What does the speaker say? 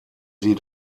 sie